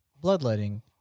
bloodletting